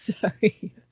Sorry